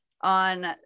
on